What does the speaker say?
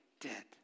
dead